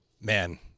Man